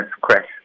crash